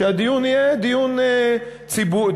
הדיון יהיה דיון ערכי,